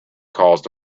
caused